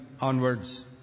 onwards